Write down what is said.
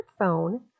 smartphone